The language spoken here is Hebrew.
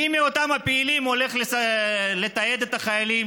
מי מאותם הפעילים הולך לתעד את החיילים